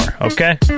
okay